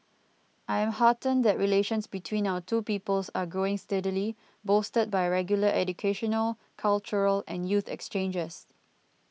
I am heartened that relations between our two peoples are growing steadily bolstered by regular educational cultural and youth exchanges